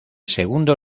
segundo